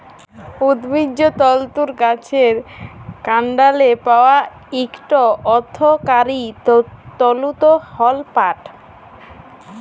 উদ্ভিজ্জ তলতুর গাহাচের কাল্ডলে পাউয়া ইকট অথ্থকারি তলতু হ্যল পাট